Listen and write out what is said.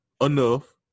enough